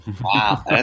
Wow